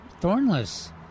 thornless